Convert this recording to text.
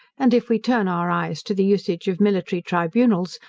and if we turn our eyes to the usage of military tribunals,